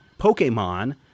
Pokemon